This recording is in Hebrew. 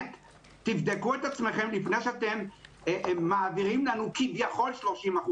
תבדקו את עצמכם לפני שאתם מעבירים לנו כביכול 30%,